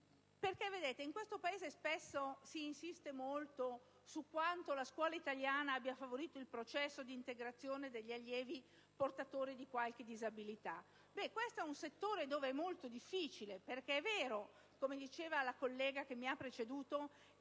della cultura. In questo Paese spesso si insiste molto su quanto la scuola italiana abbia favorito il processo di integrazione degli allievi portatori di qualche disabilità. Questo è un settore dove ciò è molto difficile. È vero ‑ come diceva la collega che mi ha preceduto